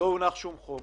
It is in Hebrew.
לא הונח שום חוק